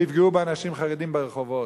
ויפגעו באנשים חרדים ברחובות.